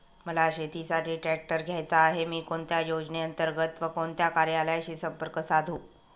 मला शेतीसाठी ट्रॅक्टर घ्यायचा आहे, मी कोणत्या योजने अंतर्गत व कोणत्या कार्यालयाशी संपर्क साधू?